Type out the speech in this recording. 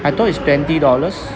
I thought it's twenty dollars